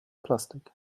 plastik